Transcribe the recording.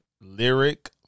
lyric